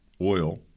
oil